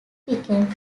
became